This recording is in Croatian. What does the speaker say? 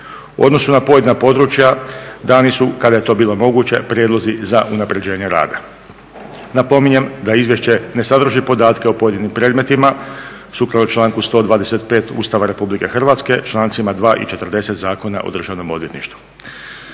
U odnosu na pojedina područja dani su, kada je to bilo moguće, prijedlozi za unapređenje rada. Napominjem da izvješće ne sadrži podatke o pojedinim predmetima, sukladno članku 125. Ustava Republike Hrvatske, člancima 2. i 40. Zakona o Državnom odvjetništvu.